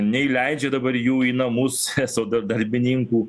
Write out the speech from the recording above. neįleidžia dabar jų į namus eso da darbininkų